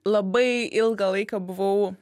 labai ilgą laiką buvau